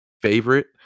favorite